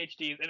PhDs